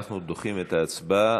אנחנו דוחים את ההצבעה.